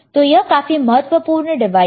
तो यह काफी महत्वपूर्ण डिवाइस है